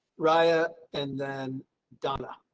right ah and then donna.